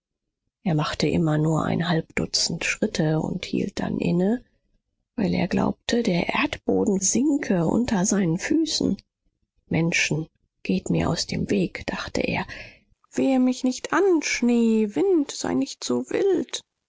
er machte immer nur ein halb dutzend schritte und hielt dann inne weil er glaubte der erdboden sinke unter seinen füßen menschen geht mir aus dem weg dachte er weh mich nicht an schnee wind sei nicht so wild